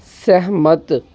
सहमत